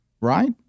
Right